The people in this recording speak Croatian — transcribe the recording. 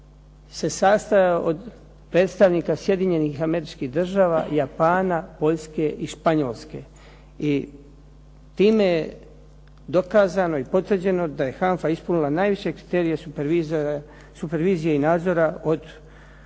se sastojao od predstavnika SAD-a, Japana, Poljske i Španjolske i time je dokazano i potvrđeno da je HANFA ispunila najviše kriterije supervizije i nadzora